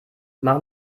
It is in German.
mach